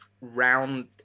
round